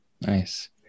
nice